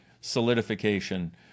solidification